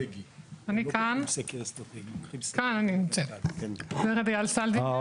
אני כאן, ורד איל-סלדינגר.